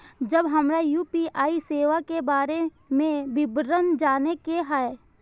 जब हमरा यू.पी.आई सेवा के बारे में विवरण जाने के हाय?